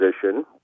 position